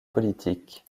politiques